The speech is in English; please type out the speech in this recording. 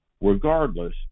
Regardless